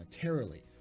monetarily